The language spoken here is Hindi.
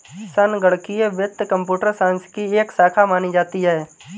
संगणकीय वित्त कम्प्यूटर साइंस की एक शाखा मानी जाती है